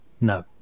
No